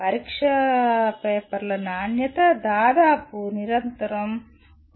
పరీక్షా పేపర్ల నాణ్యత ఎదదాపు నిరంతరం తగ్గుతూ వస్తోంది